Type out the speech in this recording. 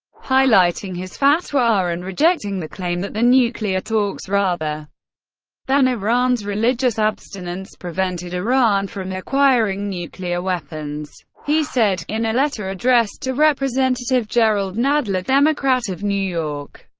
highlighting his fatwa and rejecting the claim that the nuclear talks rather than iran's religious abstinence prevented iran from acquiring nuclear weapons. he said in a letter addressed to representative jerrold nadler, democrat of new york,